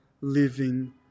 living